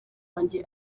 wanjye